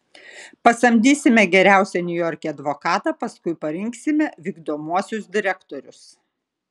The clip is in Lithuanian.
pasamdysime geriausią niujorke advokatą paskui parinksime vykdomuosius direktorius